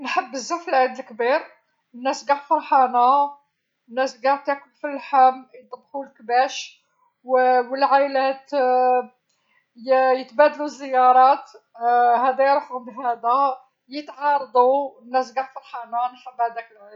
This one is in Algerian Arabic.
نحب بزاف العيد لكبير، الناس قاع فرحانة ناس قاع تاكل في الحم يذبحو لكباش والعيلات يتبادلو الزيرات هذا يروح عند هذا يتعارضو الناس قاع فرحانة، نحب هذاك العيد.